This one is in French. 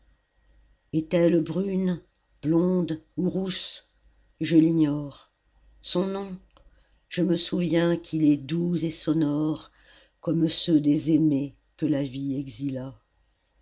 est-elle brune blonde ou rousse je l'ignore son nom je me souviens qu'il est doux et sonore comme ceux des aimés que la vie exila